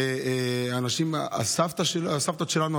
הסבתות שלנו,